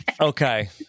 okay